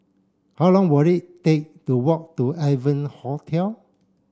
how long will it take to walk to Evans Hostel